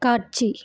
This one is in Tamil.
காட்சி